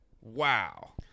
Wow